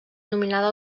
nominada